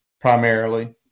primarily